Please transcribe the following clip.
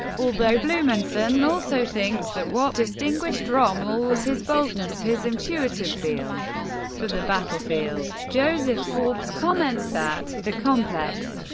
although blumenson also thinks that what distinguished rommel was his boldness, his intuitive feel for the battlefield. joseph forbes comments that the complex,